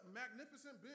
magnificent